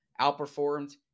outperformed